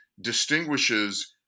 distinguishes